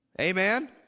Amen